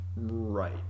right